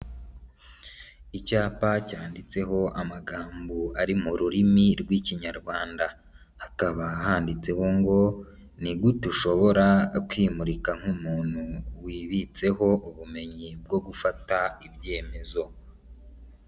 Icyapa cyanditseho amagambo ari mu rurimi rw'Ikinyarwanda. Hakaba handitseho ngo ni gute ushobora kwimurika nk'umuntu wibitseho ubumenyi bwo gufata ibyemezo.